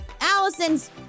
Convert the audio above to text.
Allison's